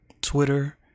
Twitter